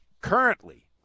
Currently